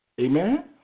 Amen